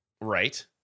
Right